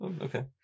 Okay